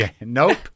Nope